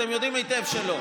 אתם יודעים היטב שלא.